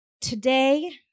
today